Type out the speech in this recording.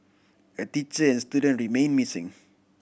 a teacher and student remain missing